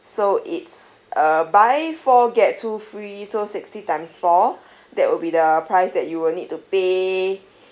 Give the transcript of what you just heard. so it's uh buy four get two free so sixty times four that would be the price that you will need to pay